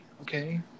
okay